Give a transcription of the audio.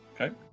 Okay